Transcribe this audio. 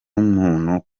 umuntu